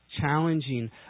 challenging